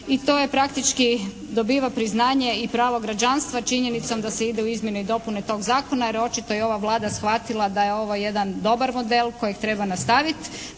i to je praktički, dobiva priznanje i pravo građanstva činjenicom da se ide u izmjene i dopune tog Zakona jer očito je ova Vlada shvatila da je ovo jedan dobar model kojeg treba nastaviti.